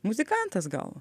muzikantas gal